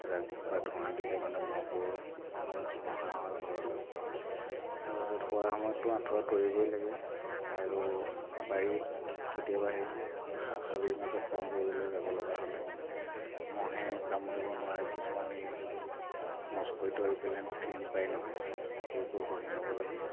যাগ বা ধোঁৱা দিলে মানে ম'হবোৰ নহা হয় ঘৰলৈ তাৰপিছত শোৱাৰ সময়তটো আঁঠুৱা তৰিবই লাগে আৰু বাৰীত কেতিয়াবা হেৰি হাবিৰ মাজত কাম কৰিবলৈ যাবলগা হ'লে ম'হে কামুৰিব নোৱাৰে কিছুমান এই মইস্কুইটো ক্ৰীম পায় নহয় সেইবোৰ ঘহি ল'ব লাগে